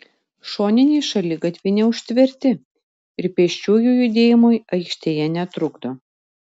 šoniniai šaligatviai neužtverti ir pėsčiųjų judėjimui aikštėje netrukdo